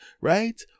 right